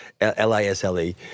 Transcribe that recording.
L-I-S-L-E